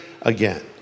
again